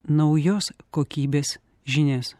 naujos kokybės žinias